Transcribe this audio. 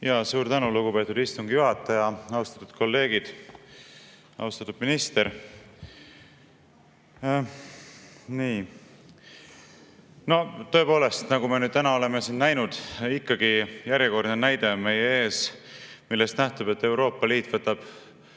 … Suur tänu, lugupeetud istungi juhataja! Austatud kolleegid! Austatud minister! Tõepoolest, nagu me täna oleme siin näinud, ikkagi järjekordne näide on meie ees, millest nähtub, et Euroopa Liit võtab